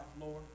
Lord